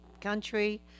country